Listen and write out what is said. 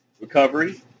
recovery